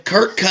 Kirk